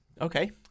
Okay